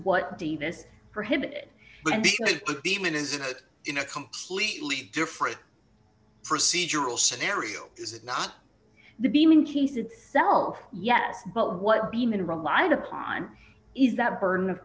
davis prohibit demonism in a completely different procedural scenario is it not the beaming case itself yes but what demon relied upon is that burden of